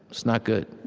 it's not good